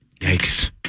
Yikes